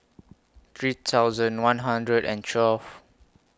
three thousand one hundred and twelve